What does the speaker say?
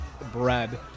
bread